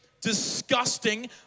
disgusting